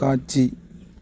காட்சி